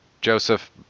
Joseph